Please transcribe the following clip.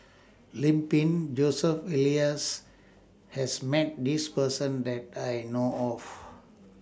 Lim Pin Joseph Elias has Met This Person that I know of